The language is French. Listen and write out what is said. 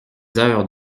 heures